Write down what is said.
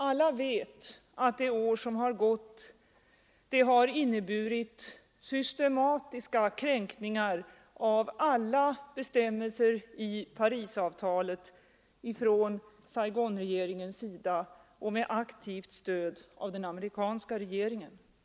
Alla vet att det år som har gått har inneburit systematiska kränkningar av alla bestämmelser i Parisavtalet från Saigonregeringens sida och med aktivt stöd av den amerikanska regeringen.